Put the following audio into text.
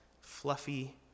fluffy